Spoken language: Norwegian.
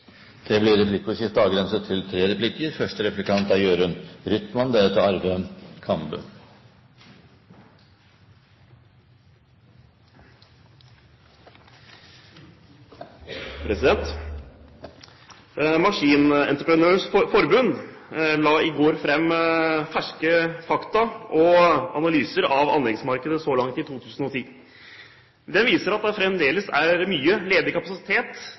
Det blir replikkordskifte. Maskinentreprenørenes Forbund la i går fram ferske fakta om og analyser av anleggsmarkedet så langt i 2010. Det viser at det fremdeles er mye ledig kapasitet